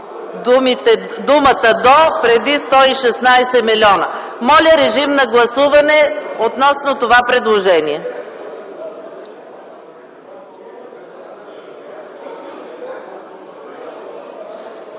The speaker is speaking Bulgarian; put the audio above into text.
думата „до” преди „116 милиона”. Режим на гласуване относно това предложение.